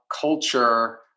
culture